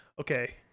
Okay